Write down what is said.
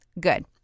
Good